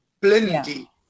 plenty